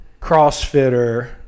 Crossfitter